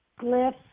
glyphs